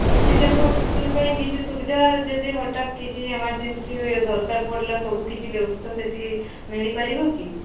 oxygen ଫକ୍ସିଜେନ୍ ପାଇଁ କିଛି ସୁବିଧା ଯଦି ହଠାତ୍ କିଛି ଏମାର୍ଜନସି ଦରକାର ପଡ଼ିଲା ସବୁ କିଛି ବ୍ୟବସ୍ଥା ସେଠି ମିଳିପାରିବ କି